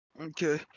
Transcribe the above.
Okay